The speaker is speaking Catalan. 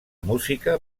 música